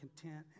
content